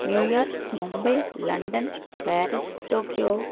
New York Mumbai London Paris Tokyo